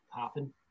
happen